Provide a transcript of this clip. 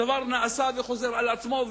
הדבר חוזר על עצמו,